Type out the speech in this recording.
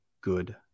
good